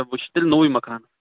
بہٕ وُچھٕ تیٚلہِ نوٚوُے مکان